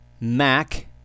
Mac